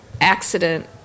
accident